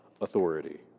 authority